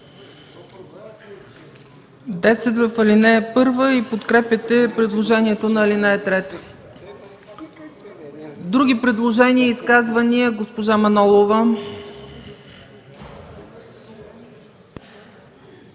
Десет в ал. 1 и подкрепяте предложението на ал. 3. Други предложения и изказвания? Госпожо Манолова,